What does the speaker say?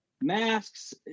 masks